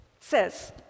says